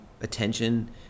attention